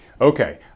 Okay